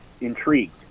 intrigued